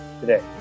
today